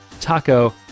Taco